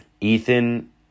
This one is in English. Ethan